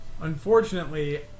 Unfortunately